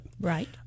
Right